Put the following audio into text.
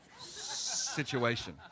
situation